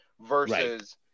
versus